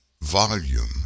volume